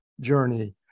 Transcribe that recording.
journey